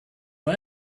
for